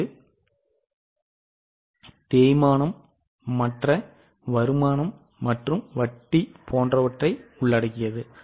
இது தேய்மானம் மற்ற வருமானம் மற்றும் வட்டி போன்றவற்றை உள்ளடக்கியது